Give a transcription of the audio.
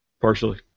partially